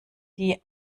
die